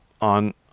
on